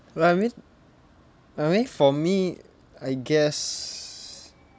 well I mean I mean for me I guess